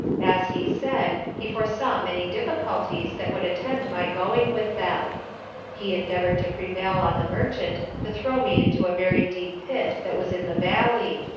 as, he said, he foresaw many difficulties that would attend my going with them he endeavoured to prevail on the merchant to throw me into a very deep pit that was in the valley,